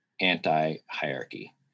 anti-hierarchy